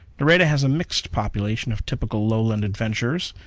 nareda has a mixed population of typical lowland adventures,